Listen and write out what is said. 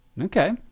Okay